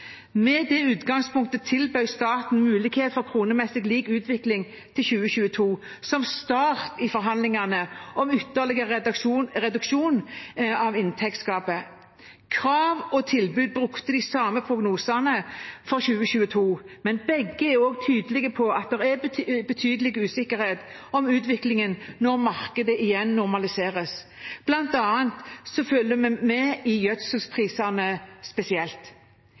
Med det utgangspunktet tilbød staten mulighet for kronemessig lik utvikling til 2022 som start i forhandlingene om ytterligere reduksjon av inntektsgapet. Krav og tilbud brukte de samme prognosene for 2022, men begge er også tydelige på at det er betydelig usikkerhet om utviklingen når markedet igjen normaliseres, bl.a. følger vi spesielt med på gjødselprisene. I